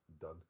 done